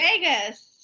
vegas